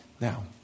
now